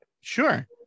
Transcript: Sure